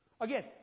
Again